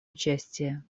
участие